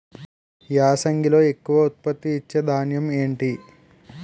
యాసంగిలో ఎక్కువ ఉత్పత్తిని ఇచే ధాన్యం ఏంటి?